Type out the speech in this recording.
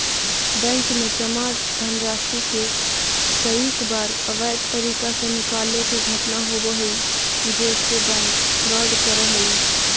bank में जमा धनराशि के कईक बार अवैध तरीका से निकाले के घटना होवऽ हइ जेसे बैंक फ्रॉड करऽ हइ